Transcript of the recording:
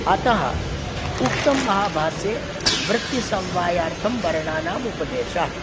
अतः उक्तं महाभाष्ये वृत्तिसमवायार्थं वर्णानां उपदेशः